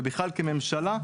ובכלל כממשלה,